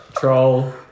Troll